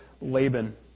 Laban